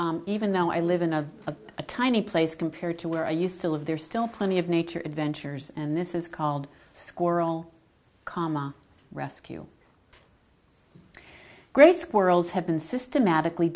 so even though i live in a tiny place compared to where i used to live there are still plenty of nature adventures and this is called squirrel karma rescue grey squirrels have been systematically